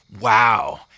wow